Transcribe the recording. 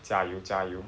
加油加油